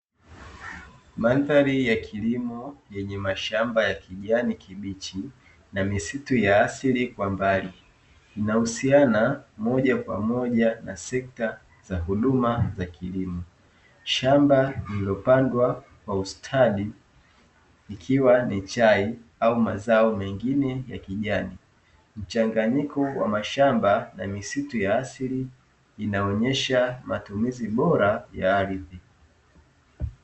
Mandhari ya kilimo yenye mashamba ya kijani kibichi na misitu ya asili kwa mbali, inahusiana moja kwa moja na sekta za huduma za kilimo. Shamba lililopandwa kwa ustadi ikiwa ni chai au mazao mengine ya kijani, mchanganyiko wa mashamba na misitu ya asili inaonyesha matumizi bora ya ardhi.